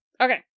Okay